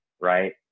Right